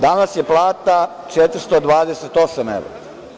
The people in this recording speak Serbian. Danas je plata 428 evra.